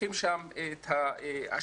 צריכים שם את ההשקעה,